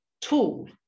tool